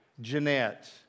Jeanette